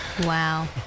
Wow